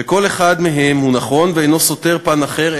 שכל אחד מהם הוא נכון ואינו סותר פן אחר,